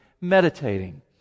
meditating